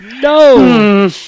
No